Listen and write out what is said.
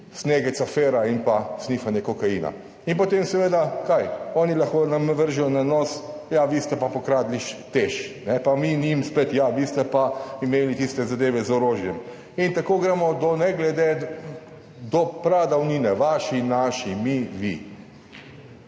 snegec afera in pa snifanje kokaina in potem seveda kaj oni lahko nam vržejo na nos, ja, vi ste pa pokradli TEŠ, pa mi njim spet, ja, vi ste pa imeli tiste zadeve z orožjem in tako gremo do pradavnine, vaši, naši, mi, vi.